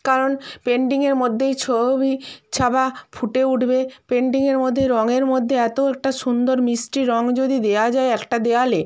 কারণ পেন্টিংয়ের মধ্যেই ছবি ছাবা ফুটে উঠবে পেন্টিংয়ের মধ্যে রঙয়ের মধ্যে এতো একটা সুন্দর মিষ্টি রঙ যদি দেওয়া যায় একটা দেয়ালে